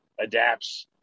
adapts